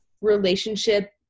relationship